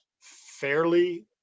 fairly